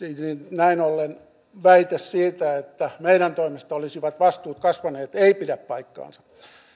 näin ollen väite siitä että meidän toimestamme olisivat vastuut kasvaneet ei pidä paikkaansa